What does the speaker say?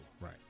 Right